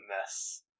mess